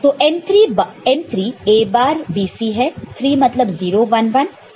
तो m3 A bar B C है 3 मतलब 0 1 1 है